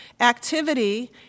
activity